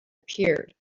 appeared